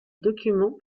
documents